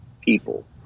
people